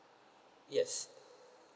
yes